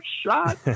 shot